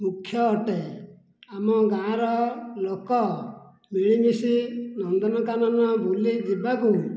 ମୁଖ୍ୟ ଅଟେ ଆମ ଗାଁର ଲୋକ ମିଳିମିଶି ନନ୍ଦନକାନନ ବୁଲି ଯିବାକୁ